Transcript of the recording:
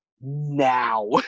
now